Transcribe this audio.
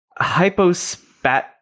hypospat